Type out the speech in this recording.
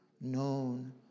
known